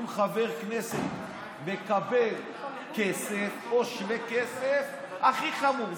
אם חבר כנסת מקבל כסף או שווה כסף, זה הכי חמור.